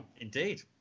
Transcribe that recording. Indeed